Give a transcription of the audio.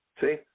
See